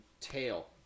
tail